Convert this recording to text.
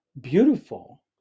beautiful